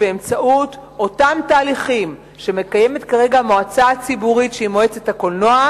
באמצעות אותם תהליכים שמקיימת כרגע המועצה הציבורית שהיא מועצת הקולנוע,